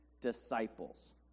disciples